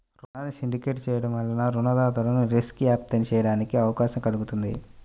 రుణాన్ని సిండికేట్ చేయడం వలన రుణదాతలు రిస్క్ను వ్యాప్తి చేయడానికి అవకాశం కల్గుతుంది